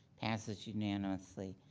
passes unanimously.